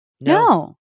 no